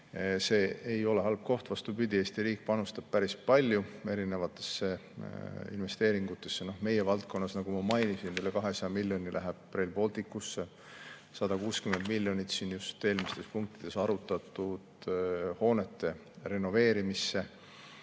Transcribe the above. See ei ole halb koht, vastupidi, Eesti riik panustab päris palju erinevatesse investeeringutesse. Meie valdkonnas, nagu ma mainisin, üle 200 miljoni läheb Rail Balticusse, 160 miljonit just eelmises punktis arutatud hoonete renoveerimisse.